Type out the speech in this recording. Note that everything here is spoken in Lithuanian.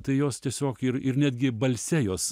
tai jos tiesiog ir ir netgi balse jos